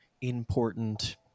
important